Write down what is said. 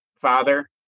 father